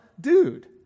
dude